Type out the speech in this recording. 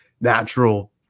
natural